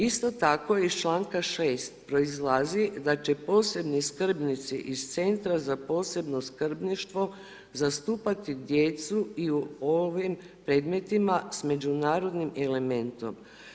Isto tako iz čl. 6. proizlazi da će posljednji skrbnici iz centra za posebno skrbništvo zastupati djecu i u ovim predmetima sa međunarodnim elementom.